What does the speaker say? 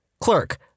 Clerk